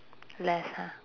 less ha